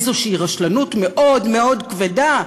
איזושהי רשלנות מאוד מאוד כבדה,